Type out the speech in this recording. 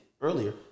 earlier